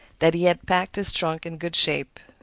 that he had packed his trunk in good shape,